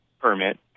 permit